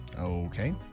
Okay